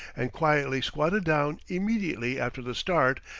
and quietly squatted down immediately after the start,